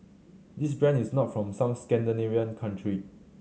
this brand is not from some Scandinavian country